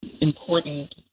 important